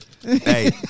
Hey